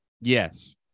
Yes